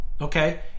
Okay